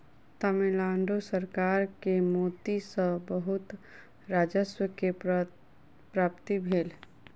तमिल नाडु सरकार के मोती सॅ बहुत राजस्व के प्राप्ति भेल